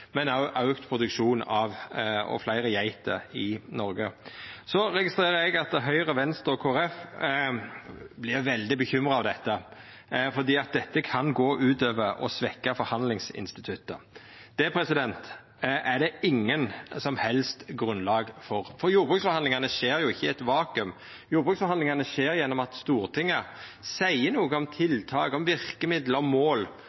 men òg auka produksjon og fleire geiter i Noreg. Eg registrerer at Høgre, Venstre og Kristeleg Folkeparti er veldig bekymra for at dette kan gå ut over og svekkja forhandlingsinstituttet. Det er det ikkje noko som helst grunnlag for. For jordbruksforhandlingane skjer ikkje i eit vakuum, jordbruksforhandlingane skjer gjennom at Stortinget seier noko om tiltak, verkemiddel og mål,